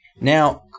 Now